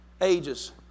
ages